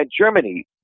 Germany